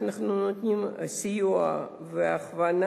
אנחנו נותנים סיוע והכוונה.